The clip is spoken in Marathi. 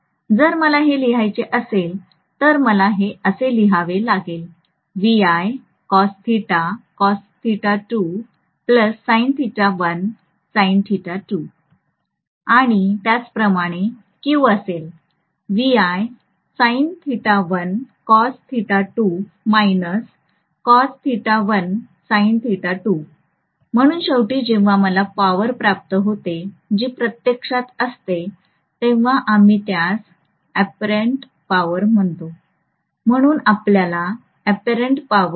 जर मला हे लिहायचे असेल तर मला हे असे लिहावे लागेल आणि त्याचप्रमाणे Q असेल म्हणून शेवटी जेव्हा मला पॉवर प्राप्त होते जी प्रत्यक्षात असते तेव्हा आम्ही त्यास अप्परेंट पॉवर म्हणतो म्हणून आपल्याला अप्परेंट पॉवर